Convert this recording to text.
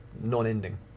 non-ending